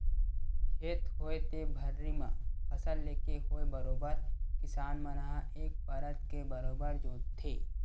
खेत होवय ते भर्री म फसल लेके होवय बरोबर किसान मन ह एक परत के बरोबर जोंतथे